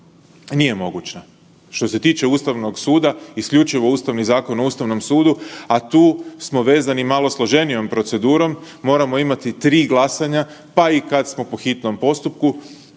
nije moguća, što se tiče Ustavnog suda isključivo Ustavni zakon o Ustavnom sudu, a tu smo vezani malo složenijom procedurom, moramo imati tri glasanja pa i kada smo po hitnom postupku,